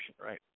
right